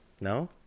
No